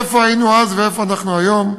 איפה היינו אז ואיפה אנחנו היום,